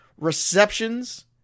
receptions